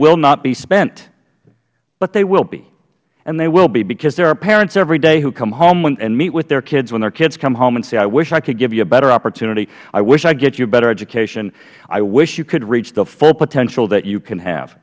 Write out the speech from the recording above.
will not be spent but they will be and they will be because there are parents every day who come home and meet with their kids when their kids come home and say i wish i could give you a better opportunity i wish i could get you a better education i wish you could reach the full potential that you can have